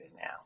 now